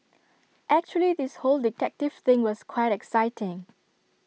actually this whole detective thing was quite exciting